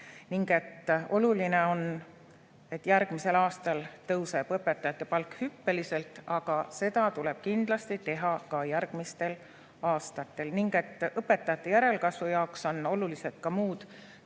ning oluline on, et järgmisel aastal tõuseb õpetajate palk hüppeliselt, aga seda tuleb kindlasti teha ka järgmistel aastatel. Õpetajate järelkasvu jaoks on olulised ka muud